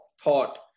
thought